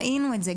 ראינו את זה.